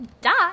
Dot